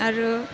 आरो